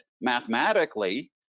mathematically